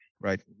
Right